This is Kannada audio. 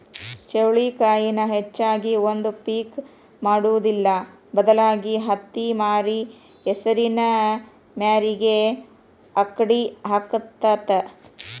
ಚೌಳಿಕಾಯಿನ ಹೆಚ್ಚಾಗಿ ಒಂದ ಪಿಕ್ ಮಾಡುದಿಲ್ಲಾ ಬದಲಾಗಿ ಹತ್ತಿಮ್ಯಾರಿ ಹೆಸರಿನ ಮ್ಯಾರಿಗೆ ಅಕ್ಡಿ ಹಾಕತಾತ